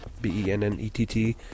B-E-N-N-E-T-T